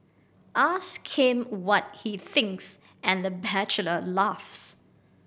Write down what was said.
ask him what he thinks and the bachelor laughs